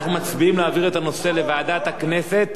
אנחנו מצביעים על העברת הנושא לוועדת הכנסת,